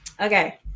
Okay